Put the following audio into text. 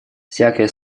всякое